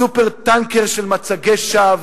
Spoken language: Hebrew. "סופר-טנקר" של מצגי שווא.